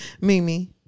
Mimi